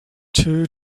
two